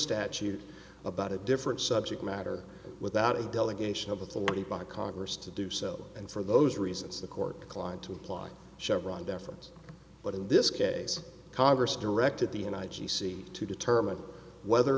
statute about a different subject matter without a delegation of authority by congress to do so and for those reasons the court declined to apply chevron deference but in this case congress directed the united she see to determine whether